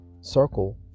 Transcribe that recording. circle